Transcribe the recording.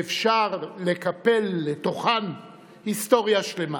שאפשר לקפל לתוכן היסטוריה שלמה.